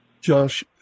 Josh